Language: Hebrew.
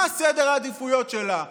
מה סדר העדיפויות שלה,